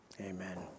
amen